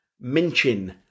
Minchin